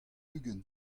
ugent